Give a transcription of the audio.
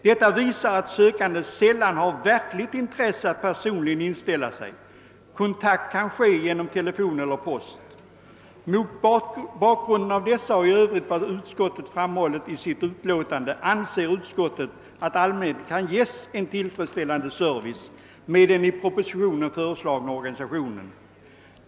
Detta visar att sökande sällan har verkligt intresse av att personligen inställa sig. Kontakten kan ske genom telefon eller post. Mot bakgrunden av detta och vad som i övrigt framhålles i utlåtandet anser utskottet att allmänheten kan ges en tillfredsställande service med den i propositionen föreslagna organisationen.